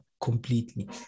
completely